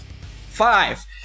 Five